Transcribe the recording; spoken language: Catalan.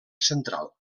central